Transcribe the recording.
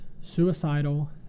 suicidal